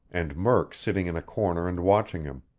and murk sitting in a corner and watching him.